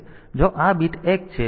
તેથી જો આ બીટ એક છે